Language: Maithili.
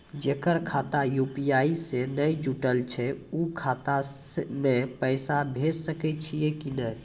जेकर खाता यु.पी.आई से नैय जुटल छै उ खाता मे पैसा भेज सकै छियै कि नै?